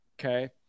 okay